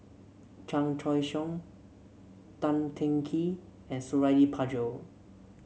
Chan Choy Siong Tan Teng Kee and Suradi Parjo